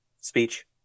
speech